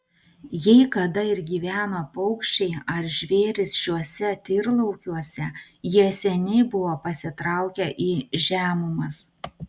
jei kada ir gyveno paukščiai ar žvėrys šiuose tyrlaukiuose jie seniai buvo pasitraukę į žemumas